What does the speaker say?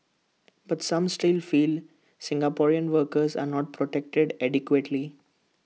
but some still feel Singaporeans workers are not protected adequately